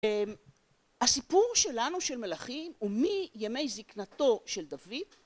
הסיפור שלנו של מלכים הוא מימי זקנתו של דוד